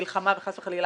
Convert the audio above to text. מלחמה וחס וחלילה,